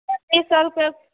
पचीस सए रुपए